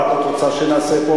מה את עוד רוצה שנעשה פה,